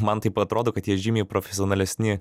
man taip atrodo kad jie žymiai profesionalesni